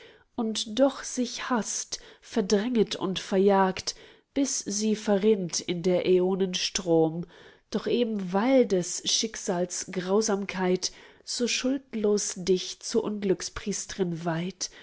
und doch sich haßt verdränget und verjagt bis sie verrinnt in der äonen strom doch eben weil des schicksals grausamkeit so schuldlos dich zur unglückspriestrin weiht